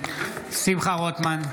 שמחה רוטמן,